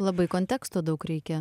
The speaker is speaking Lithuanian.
labai konteksto daug reikia